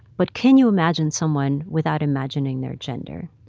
but can you imagine someone without imagining their gender?